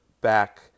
back